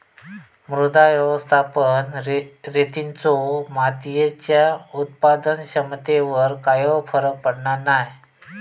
मृदा व्यवस्थापन रितींचो मातीयेच्या उत्पादन क्षमतेवर कायव फरक पडना नाय